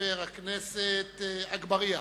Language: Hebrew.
חבר הכנסת אגבאריה.